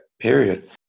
period